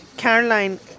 Caroline